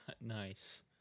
Nice